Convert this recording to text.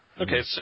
Okay